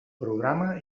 programa